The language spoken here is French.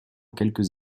quelques